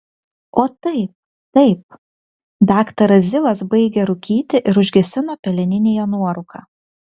o taip taip daktaras zivas baigė rūkyti ir užgesino peleninėje nuorūką